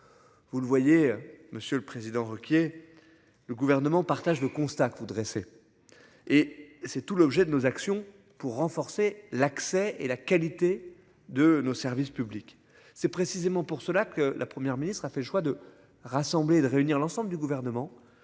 Vous le voyez, Monsieur le Président, Ruquier. Le gouvernement partage le constat que vous dressez. Et c'est tout l'objet de nos actions pour renforcer l'accès et la qualité de nos services publics. C'est précisément pour cela que la Première ministre a fait le choix de rassembler de réunir l'ensemble du gouvernement